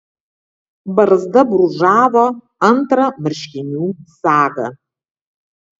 barzda brūžavo antrą marškinių sagą